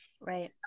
Right